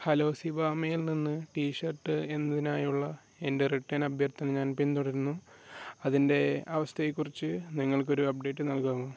hello സിവാമയിൽനിന്ന് T shirt എന്നതിനായുള്ള എൻ്റെ റിട്ടേണ് അഭ്യർത്ഥന ഞാൻ പിന്തുടരുന്നു അതിൻ്റെ അവസ്ഥയെക്കുറിച്ച് നിങ്ങൾക്കൊരു അപ്ഡേറ്റ് നൽകാമോ